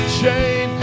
chain